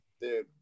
dude